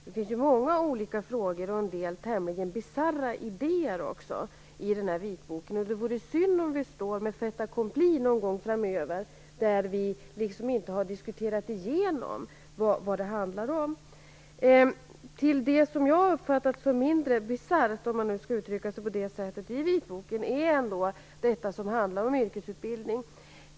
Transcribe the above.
Det finns ju många olika frågor och en del tämligen bisarra idéer i vitboken, och det vore synd om vi står med fait accompli någon gång framöver utan att ha diskuterat igenom vad det handlar om. Till det som jag har uppfattat som mindre bisarrt, om man nu skall uttrycka sig på det viset, i vitboken är ändå det som handlar om yrkesutbildning.